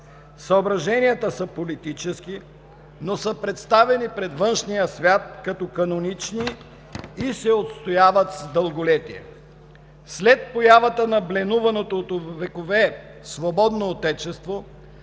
Съображенията са политически, но са представени пред външния свят като канонически и се отстояват дълголетно. След появата на бленуваното от векове свободно Отечество